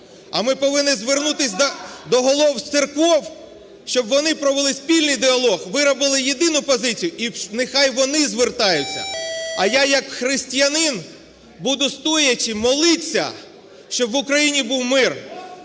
а ми повинні звернутись до голів церков, щоб вони провели спільний діалог, виробили єдину позицію, і нехай вони звертаються. А я як християнин буду стоячи молитися, щоб в Україні був мир,